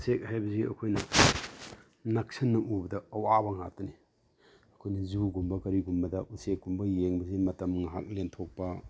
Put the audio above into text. ꯎꯆꯦꯛ ꯍꯥꯏꯕꯁꯤ ꯑꯩꯈꯣꯏꯅ ꯅꯛꯁꯟꯅ ꯎꯕꯗ ꯑꯋꯥꯕ ꯉꯥꯛꯇꯅꯤ ꯑꯩꯈꯣꯏꯅ ꯖꯨꯒꯨꯝꯕ ꯀꯔꯤꯒꯨꯝꯕꯗ ꯎꯆꯦꯛ ꯀꯨꯝꯕ ꯌꯦꯡꯕꯁꯤ ꯃꯇꯝ ꯉꯥꯏꯍꯥꯛ ꯂꯦꯟꯊꯣꯛꯄ